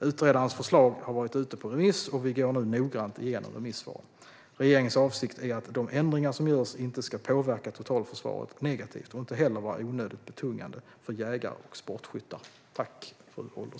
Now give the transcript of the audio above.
Utredarens förslag har varit ute på remiss, och vi går nu noggrant igenom remissvaren. Regeringens avsikt är att de ändringar som görs inte ska påverka totalförsvaret negativt och inte heller vara onödigt betungande för jägare och sportskyttar.